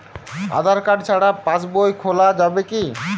আধার card ছাড়া পাশবই খোলা যাবে কি?